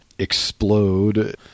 explode